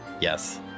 yes